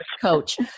coach